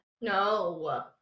No